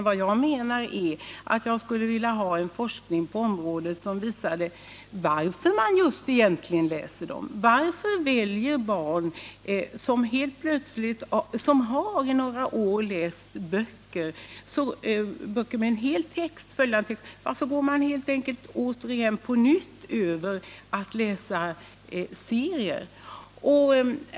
Vad jag menar är att jag skulle vilja ha en forskning på området, som visar varför barn, som i några år läst böcker med hel text, plötsligt återgår till att läsa serier.